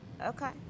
Okay